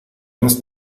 nos